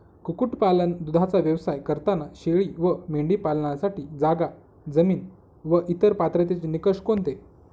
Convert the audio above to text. कुक्कुटपालन, दूधाचा व्यवसाय करताना शेळी व मेंढी पालनासाठी जागा, जमीन व इतर पात्रतेचे निकष कोणते?